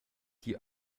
die